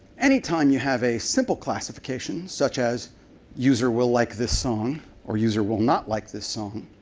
any time you have a simple classification such as user will like this song or user will not like this song,